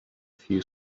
few